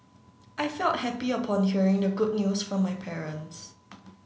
I felt happy upon hearing the good news from my parents